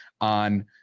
on